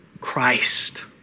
Christ